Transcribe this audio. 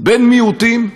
בן מיעוטים.